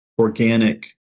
organic